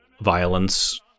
violence